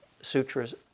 sutras